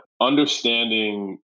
understanding